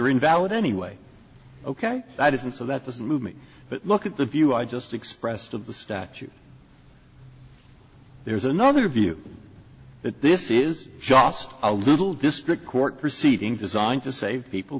are invalid anyway ok that isn't so that doesn't move me but look at the view i just expressed of the statute there's another view that this is just a little district court proceeding designed to save people